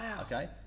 Okay